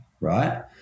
right